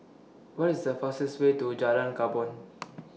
What IS The fastest Way to Jalan Korban